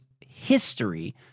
history